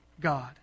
God